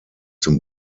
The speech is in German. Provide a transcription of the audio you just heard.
zum